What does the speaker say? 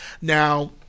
Now